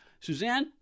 Suzanne